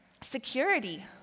security